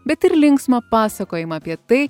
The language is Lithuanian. bet ir linksmą pasakojimą apie tai